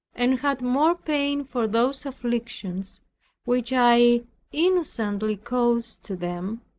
and had more pain for those afflictions which i innocently caused to them,